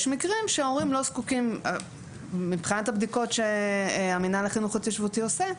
יש מקרים שמבחינת הבדיקות שהמנהל ההתיישבותי עושה,